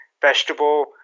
vegetable